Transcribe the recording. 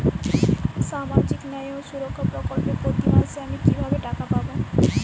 সামাজিক ন্যায় ও সুরক্ষা প্রকল্পে প্রতি মাসে আমি কিভাবে টাকা পাবো?